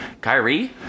Kyrie